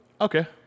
Okay